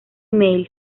mail